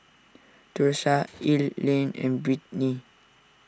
Thursa Ilene and Britni